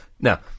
Now